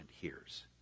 hears